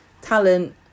talent